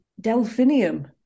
delphinium